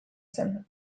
zen